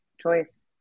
choice